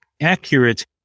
accurate